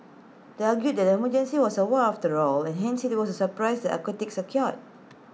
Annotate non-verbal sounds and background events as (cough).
(noise) they argue that the emergency was A war after all and hence IT was surprise that atrocities occurred